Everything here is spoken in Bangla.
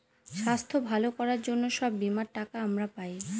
স্বাস্থ্য ভালো করার জন্য সব বীমার টাকা আমরা পায়